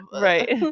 Right